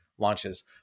launches